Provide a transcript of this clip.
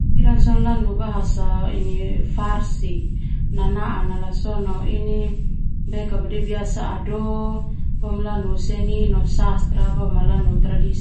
Iran lanu bahasa Farsi nanaan sona biasa ado boema lanu seni no sastra boema lanu tradisi.